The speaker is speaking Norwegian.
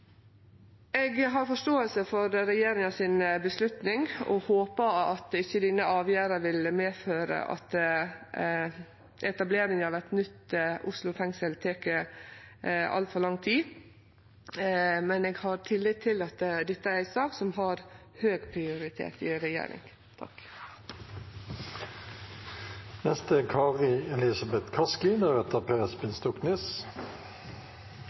Eg har forståing for regjeringa si avgjerd og håper at denne avgjerda ikkje vil medføre at etablering av eit nytt Oslo fengsel tek altfor lang tid, men eg har tillit til at dette er ei sak som har høg prioritet i